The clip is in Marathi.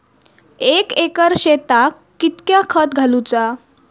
एक एकर शेताक कीतक्या खत घालूचा?